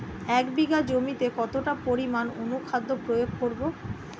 এক বিঘা জমিতে কতটা পরিমাণ অনুখাদ্য প্রয়োগ করব?